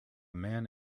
man